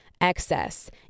excess